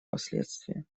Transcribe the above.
последствия